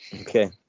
Okay